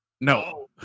No